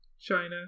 China